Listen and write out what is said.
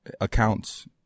accounts